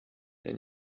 and